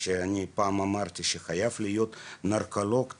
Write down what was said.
שאני פעם אמרתי שחייב להיות נרקולוג תורן,